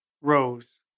Rose